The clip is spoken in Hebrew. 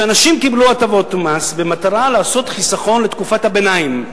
אנשים קיבלו הטבות מס במטרה לעשות חיסכון לתקופת הביניים.